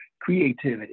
creativity